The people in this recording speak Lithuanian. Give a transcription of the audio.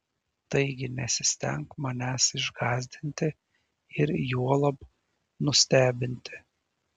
taigi nesistenk manęs išgąsdinti ir juolab nustebinti